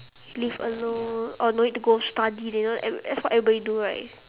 live alone or no need to go study you know that's that's what everybody do right